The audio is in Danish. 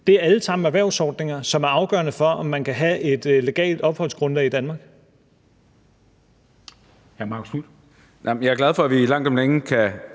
det er alle sammen erhvervsordninger, som er afgørende for, om man kan have et legalt opholdsgrundlag i Danmark. Kl. 16:16 Formanden (Henrik